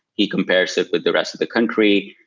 he compares it with the rest of the country.